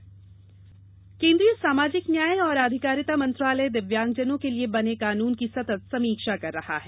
दिव्यांगजन कानून केन्द्रीय सामाजिक न्याय और आधिकारिता मंत्रालय दिव्यांगजनों के लिए बने कानून की सतत समीक्षा कर रहा है